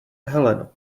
heleno